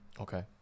okay